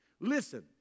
Listen